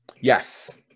Yes